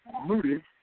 Moody